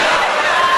חברי הכנסת,